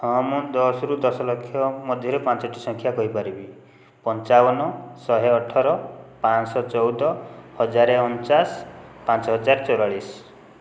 ହଁ ମୁଁ ଦଶରୁ ଦଶଲକ୍ଷ ମଧ୍ୟରେ ପାଞ୍ଚଟି ସଂଖ୍ୟା କହିପାରିବି ପଞ୍ଚାବନ ଶହେ ଅଠର ପାଂଶ ଚଉଦ ହଜାର ଅଣଚାଶ ପାଞ୍ଚହଜାର ଚଉରାଳିଶ